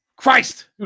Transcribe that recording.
christ